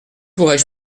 pourrais